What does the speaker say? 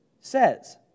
says